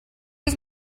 was